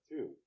Two